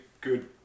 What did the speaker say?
good